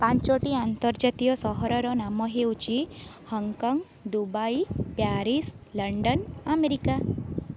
ପାଞ୍ଚଟି ଆନ୍ତର୍ଜାତୀୟ ସହରର ନାମ ହେଉଛି Hong Kong Dubai Paris London America